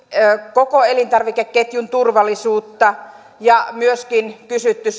koko elintarvikeketjun turvallisuutta ja myöskin kysytty